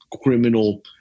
criminal